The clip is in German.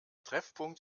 treffpunkt